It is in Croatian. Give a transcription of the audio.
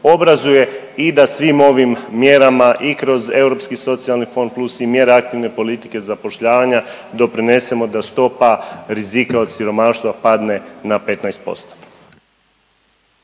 obrazuje i da svim ovim mjerama i kroz Europski socijalni fond plus i mjere aktivne politike zapošljavanja doprinesemo da stopa rizika od siromaštva padne na 15%.